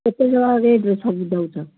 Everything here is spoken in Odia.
କେତେ ଜାଗା ରେଟ୍ରେ ସବୁ ଦଉଛ